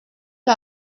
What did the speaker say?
que